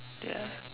ya